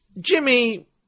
Jimmy